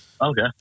Okay